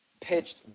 pitched